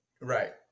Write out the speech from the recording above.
Right